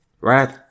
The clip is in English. Right